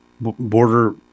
border